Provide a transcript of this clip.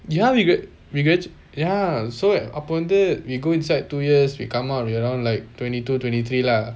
ya we we ya so அப்பொ வந்து:appo vanthu we go inside two years we come out you know like twenty to twenty three lah